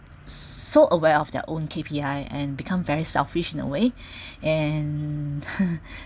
so aware of their own K_P_I and become very selfish in a way and